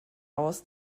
aus